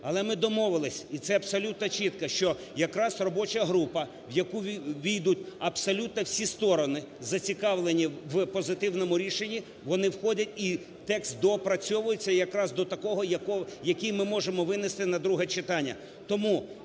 але ми домовилися, і це абсолютно чітко, що якраз робоча група, в яку увійдуть абсолютно всі сторони, зацікавлені в позитивному рішенні, вони входять, і текст доопрацьовується якраз до такого, який ми можемо винести на друге читання.